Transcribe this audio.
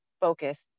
focus